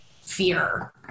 fear